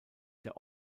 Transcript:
der